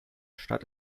stadt